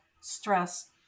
stress